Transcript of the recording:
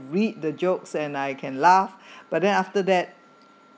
read the jokes and I can laugh but then after that